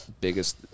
biggest